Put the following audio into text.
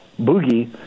Boogie